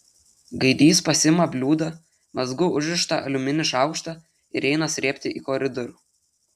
gaidys pasiima bliūdą mazgu užrištą aliumininį šaukštą ir eina srėbti į koridorių